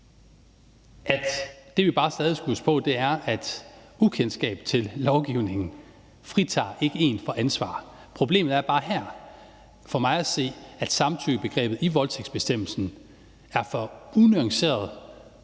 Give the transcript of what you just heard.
Det, vi bare stadig skal huske på, er, at ukendskab til lovgivningen ikke fritager en for ansvar. Problemet her er bare for mig at se, at samtykkebegrebet i voldtægtsbestemmelsen er for unuanceret